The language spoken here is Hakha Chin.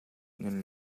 nan